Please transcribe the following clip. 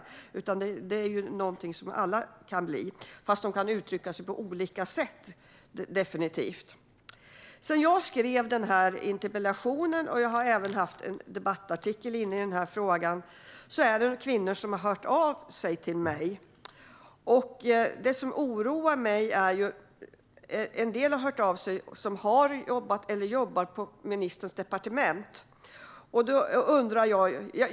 Det kan alla bli, men kränkningarna kan komma till uttryck på olika sätt. Sedan jag skrev min interpellation och efter att jag skrev en debattartikel i frågan har kvinnor hört av sig till mig. Det finns en sak som oroar mig. En del som har hört av sig jobbar eller har jobbat på ministerns eget departement.